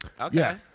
Okay